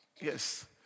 Yes